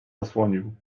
zasłonił